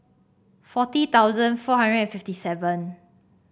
forty thousand four hundred and fifty seven